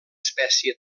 espècie